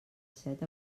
set